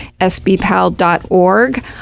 sbpal.org